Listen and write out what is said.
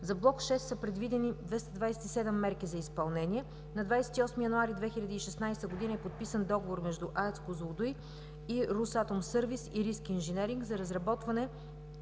За блок VІ са предвидени 227 мерки за изпълнение. На 28 януари 2016 г., е подписан договор между АЕЦ „Козлодуй“ и Росатом сървиз и „Риск инженеринг“ за разработване